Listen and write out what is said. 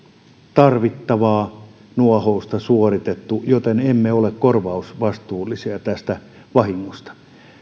tarvittavaa nuohousta suoritettu joten emme ole korvausvastuullisia tästä vahingosta